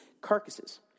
carcasses